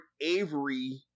Avery